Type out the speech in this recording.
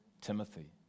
Timothy